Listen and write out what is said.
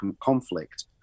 conflict